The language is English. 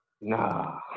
Nah